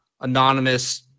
anonymous